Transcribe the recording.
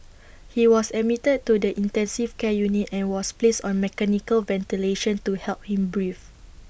he was admitted to the intensive care unit and was placed on mechanical ventilation to help him breathe